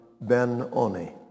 Ben-Oni